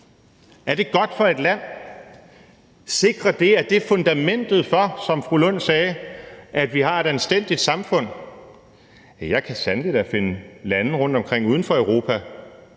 Er det godt for et land? Sikrer det, at det er fundamentet for, som fru Rosa Lund sagde, at vi har et anstændigt samfund? Ja, jeg kan sandelig da finde lande rundtomkring uden for Europa,